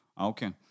Okay